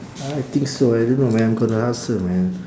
I think so I don't know man I'm gonna ask her man